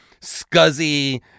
scuzzy